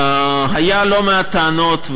היו בתקופה האחרונה לא מעט טענות,